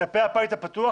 כלפי הבית הפתוח,